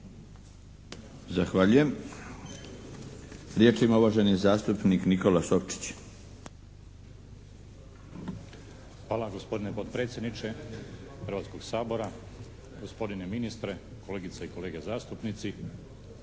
Hvala gospodine potpredsjedniče Hrvatskog sabora, gospodine ministre, kolege i kolegice zastupnici.